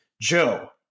Joe